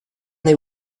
they